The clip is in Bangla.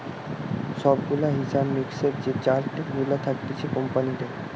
সব গুলা হিসাব মিক্সের যে চার্ট গুলা থাকতিছে কোম্পানিদের